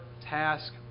task